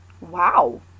wow